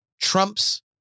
Trump's